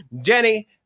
jenny